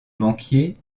banquier